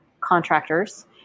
contractors